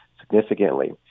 significantly